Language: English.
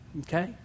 Okay